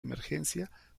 emergencia